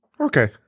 Okay